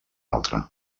altra